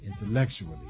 intellectually